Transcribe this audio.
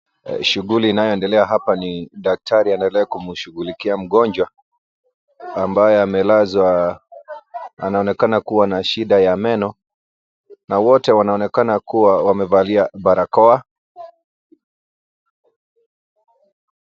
Shughuli inayoendelea hapa ni daktari anaendelea kumshughulikia mgonjwa ambaye amelazwa. Anaonekana kuwa na shida ya meno na wote wanaonekana kuwa wamevalia barakoa.